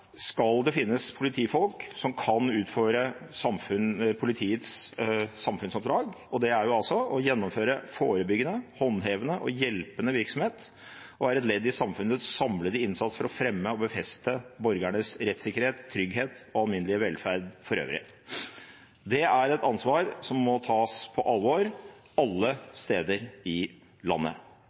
skal det finnes politifolk som kan utføre politiets samfunnsoppdrag. Det er altså å gjennomføre forebyggende, håndhevende og hjelpende virksomhet og er et ledd i samfunnets samlede innsats for å fremme og befeste borgernes rettssikkerhet, trygghet og alminnelige velferd for øvrig. Det er et ansvar som må tas på alvor, alle steder i landet.